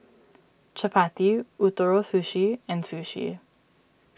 Chapati Ootoro Sushi and Sushi